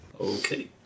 Okay